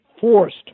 forced